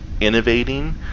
innovating